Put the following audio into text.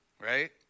Right